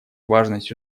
важность